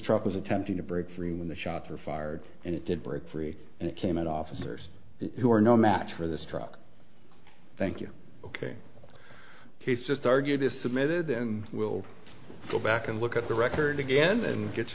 truck was attempting to break free when the shots were fired and it did break free and it came at officers who are no match for this truck thank you ok case just argued is submitted then we'll go back and look at the record again and get